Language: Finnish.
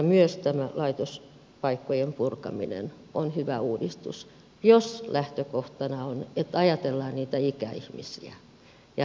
myös tämä laitospaikkojen purkaminen on hyvä uudistus jos lähtökohtana on että ajatellaan niitä ikäihmisiä ja heidän tarpeitaan